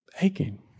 aching